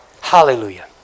Hallelujah